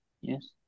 Yes